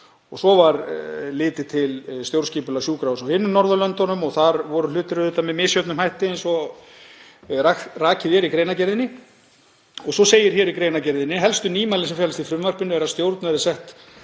Svo var litið til stjórnskipulags sjúkrahúsa á hinum Norðurlöndunum og þar voru hlutir auðvitað með misjöfnum hætti eins og rakið er í greinargerðinni. Síðan segir í greinargerðinni: „Helstu nýmæli sem felast í frumvarpinu eru að stjórn verði sett